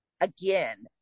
again